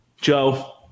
Joe